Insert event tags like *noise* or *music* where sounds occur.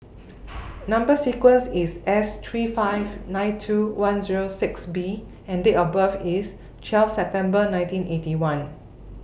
*noise* Number sequence IS S three five nine two one Zero six B and Date of birth IS twelve September nineteen Eighty One